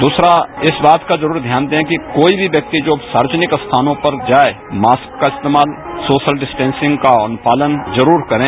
दूसरा इस बात का जरूर ध्यान दें कि कोई भी व्यक्ति जो सार्वजनिक स्थानों पर जाए मास्क का इस्तेमाल सोशल डिस्टेसिंग का अनुपालन जरूर करें